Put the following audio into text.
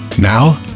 Now